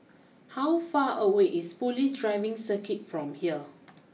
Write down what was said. how far away is police Driving Circuit from here